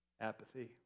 Apathy